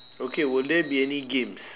okay will there be any games